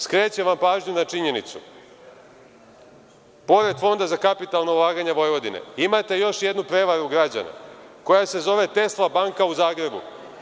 Skrećem vam pažnju na činjenicu, pored Fonda za kapitalna ulaganja Vojvodine, imate još jednu prevaru građana koja se zove „Tesla banka“ u Zagrebu.